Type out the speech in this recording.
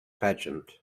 pageant